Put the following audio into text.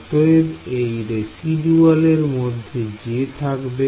অতএব এই রেসিডুয়াল এর মধ্যে j থাকবে